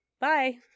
bye